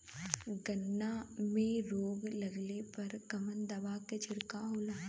गन्ना में रोग लगले पर कवन दवा के छिड़काव होला?